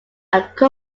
corfu